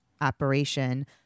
operation